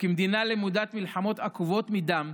וכמדינה למודת מלחמות עקובות מדם,